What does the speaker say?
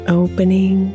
opening